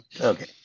Okay